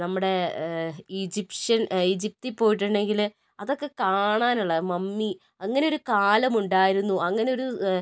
നമ്മുടെ ഈജിപ്ഷ്യൻ ഈജിപ്തിൽ പോയിട്ടുണ്ടെങ്കില് അതൊക്കെ കാണാനുള്ളതാണ് മമ്മി അങ്ങനെയൊരു കാലമുണ്ടായിരുന്നു അങ്ങനെയൊരു